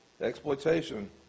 exploitation